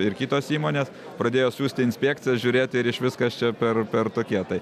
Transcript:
ir kitos įmonės pradėjo siųsti inspekcijas žiūrėti ir iš viskas čia per per tokie tai